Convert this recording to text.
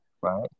right